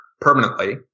permanently